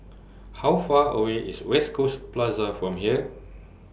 How Far away IS West Coast Plaza from here